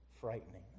frightening